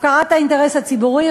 הפקרת האינטרס הציבורי.